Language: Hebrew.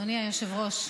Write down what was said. אדוני היושב-ראש,